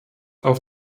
auf